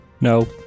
No